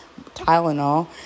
Tylenol